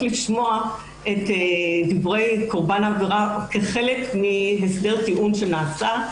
לשמוע את דברי קורבן העבירה כחלק מהסדר טיעון שנעשה.